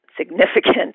significant